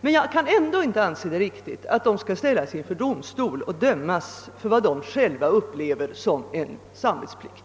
men jag kan ändå inte anse det riktigt att de skall ställas inför domstol och dömas för vad de själva upplever som samvetsplikt.